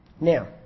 now